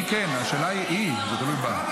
אני כן, השאלה, היא, זה תלוי בה.